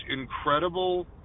incredible